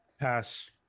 Pass